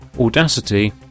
Audacity